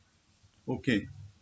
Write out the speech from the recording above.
okay